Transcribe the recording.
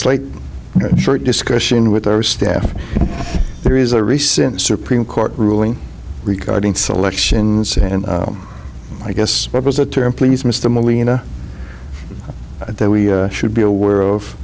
slight short discussion with our staff there is a recent supreme court ruling regarding selections and i guess what was the term please mr molina that we should be aware of